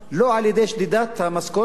לא על-ידי שדידת המשכורת,